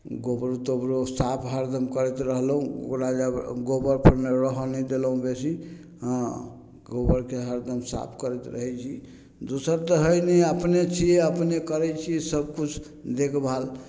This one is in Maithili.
गोबरो तोबरो साफ हरदम करैत रहलहुँ ओकरा जब गोबरपरमे रहऽ नहि देलहुँ बेसी हँ गोबरके हरदम साफ करैत रहै छी दोसर तऽ हइ नहि अपने छिए अपने करै छिए सबकिछु देखभाल